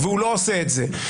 והוא לא עושה את זה,